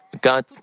God